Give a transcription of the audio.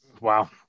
wow